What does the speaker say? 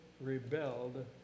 rebelled